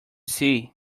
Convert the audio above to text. see